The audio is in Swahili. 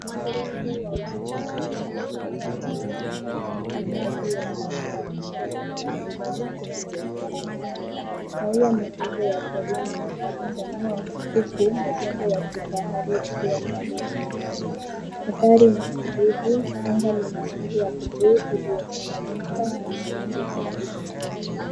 Korongo wawili wenye manyoya ya nyekundu shingoni na taji ya dhahabu kichwani wanasimama kwenye nyasi ndefu. Maua madogo ya porini yamechanua huku majengo ya kifahari yakiwa mbali mlimani. Mandhari ni tulivu anga lina rangi ya bluu iliyochanganyika na mawingu hafifu.